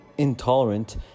intolerant